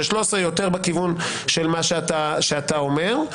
של 13. יותר בכיוון של מה שאתה אומר,